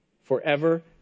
forever